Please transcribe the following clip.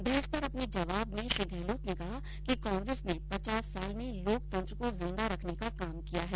बहस पर अपने जवाब में श्री गहलोत ने कहा कि कांग्रेस ने पचास साल में लोकतंत्र को जिंदा रखने का काम किया है